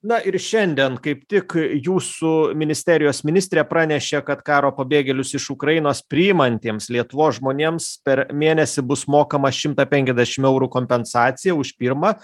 na ir šiandien kaip tik jūsų ministerijos ministrė pranešė kad karo pabėgėlius iš ukrainos priimantiems lietuvos žmonėms per mėnesį bus mokama šimtą penkiasdešim eurų kompensaciją už pirmą